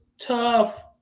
tough